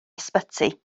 ysbyty